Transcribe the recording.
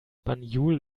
banjul